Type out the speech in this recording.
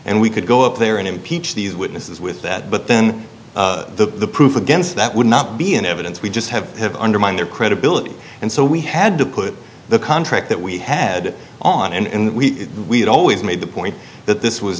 and we could go up there and impeach these witnesses with that but then the proof against that would not be in evidence we just have have undermined their credibility and so we had to put the contract that we had on and we we had always made the point that this was